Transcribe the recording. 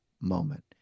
moment